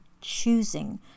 choosing